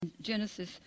Genesis